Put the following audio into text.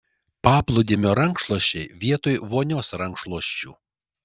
paplūdimio rankšluosčiai vietoj vonios rankšluosčių